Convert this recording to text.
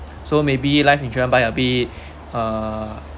so maybe life insurance by a bit uh